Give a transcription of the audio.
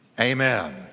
Amen